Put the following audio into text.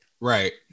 Right